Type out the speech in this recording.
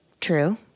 true